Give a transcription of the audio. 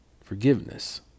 forgiveness